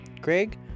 Greg